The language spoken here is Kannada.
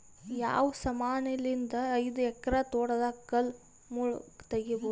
ಯಾವ ಸಮಾನಲಿದ್ದ ಐದು ಎಕರ ತೋಟದಾಗ ಕಲ್ ಮುಳ್ ತಗಿಬೊದ?